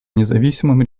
независимым